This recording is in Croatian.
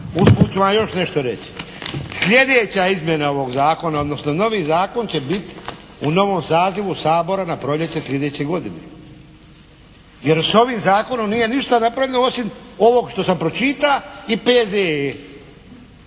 usput ću vam još nešto reći. Sljedeća izmjena ovog zakona odnosno novi zakon će biti u novom sazivu Sabora na proljeće sljedeće godine. Jer s ovim zakonom nije ništa napravljeno osim ovog što sam pročita i P.Z.E.